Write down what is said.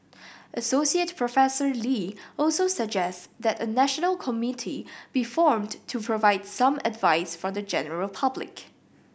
Associate Professor Lee also suggests that a national committee be formed to provide some advice for the general public